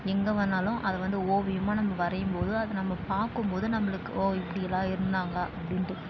எங்கே வேண்ணாலும் அதை வந்து ஓவியமாக நம்ம வரையும் போது அது நம்ம பார்க்கும் போது நம்மளுக்கு ஓ இப்படியெல்லாம் இருந்தாங்க அப்படின்ட்டு தோணும்